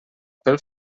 pel